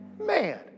Man